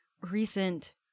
recent